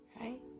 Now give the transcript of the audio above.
Right